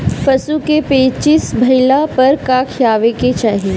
पशु क पेचिश भईला पर का खियावे के चाहीं?